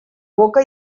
boca